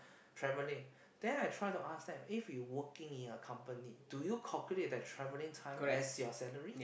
traveling then I try to ask them if you working in a company do you calculate the traveling time as your salary